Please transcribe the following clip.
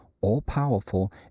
all-powerful